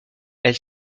elle